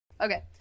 Okay